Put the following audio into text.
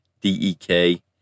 D-E-K